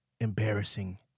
embarrassing